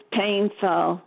painful